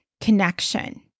connection